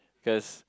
cause